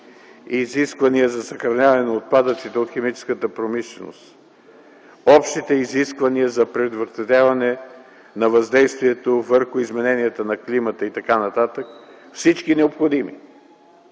изисквания за съхраняване на отпадъците от химическата промишленост, общите изисквания за предотвратяване на въздействието върху измененията на климата и т.н., всички необходими,